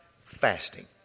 fasting